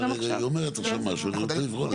אבל היא אומרת עכשיו משהו, אני רוצה לבחון את זה.